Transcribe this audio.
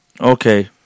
Okay